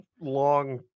long